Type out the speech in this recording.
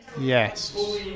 Yes